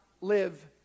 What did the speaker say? live